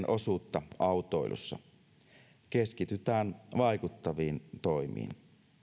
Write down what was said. osuutta autoilussa keskitytään vaikuttaviin toimiin